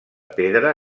pedra